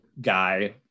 guy